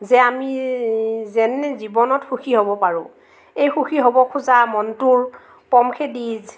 যে আমি যেন জীৱনত সুখী হ'ব পাৰোঁ এই সুখী হ'ব খোজা মনটোৰ পম খেদি